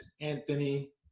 Anthony